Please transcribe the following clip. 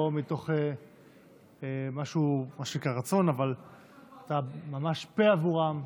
אתה ממש פה עבורם,